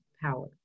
power